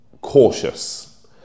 cautious